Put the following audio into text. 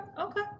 Okay